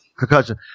Concussion